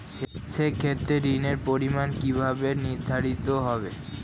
সে ক্ষেত্রে ঋণের পরিমাণ কিভাবে নির্ধারিত হবে?